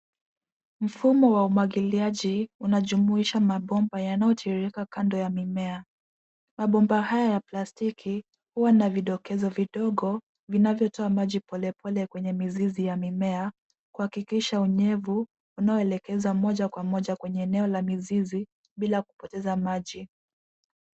Mfumo wa umwagiliaji unajumuisha mabomba yanayotiririka kando ya mimea. Mabomba haya ya plastiki huwa na vidokezo vidogo vinavyotoa maji polepole kwenye mizizi ya mimea, kuhakikisha unyevu unaelekezwa moja kwa moja kwenye eneo la mizizi bila kupoteza maji.